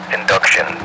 Induction